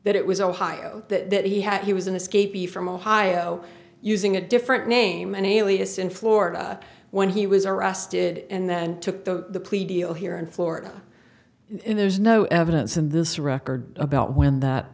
that it was ohio that he had he was an escapee from ohio using a different name an alias in florida when he was arrested and took the plea deal here in florida there's no evidence of this record about when that